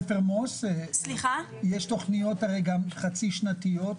יש תוכניות גם חצי שנתיות,